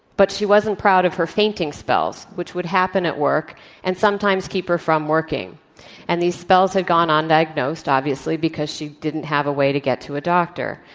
but she wasn't proud of her fainting spells which would happen at work and sometimes keep her from working and these spells had gone ah undiagnosed obviously because she didn't have a way to get to a doctor,